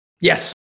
Yes